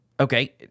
Okay